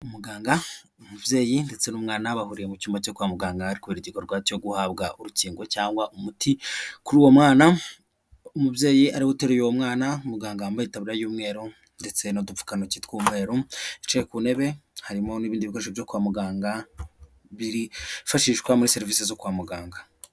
Umuganga umubyeyi ndetse n'umwana bahuriye mu cyumba cyo kwa muganga arikokora igikorwa cyo guhabwa urukingo cyangwa umuti kuri uwo mwana umubyeyi ariwutereye uwo mwana muganga wambaye ikabwa y'umweru ndetse n'udupfukantoki tw'umvarocaye ku ntebe harimo n'ibiindikoresho byo kwa muganga bifashishwa muri serivisi zo kwa muganga,